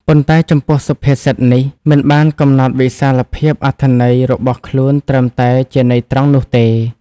ប៉ុន្តែចំពោះសុភាពសិតនេះ មិនបានកំណត់វិសាលភាពអត្ថន័យរបស់ខ្លួនត្រឹមតែជាន័យត្រង់នោះទេ។